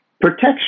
protection